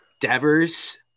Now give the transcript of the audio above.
Devers